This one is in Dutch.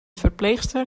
verpleegster